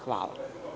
Hvala.